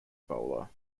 bowler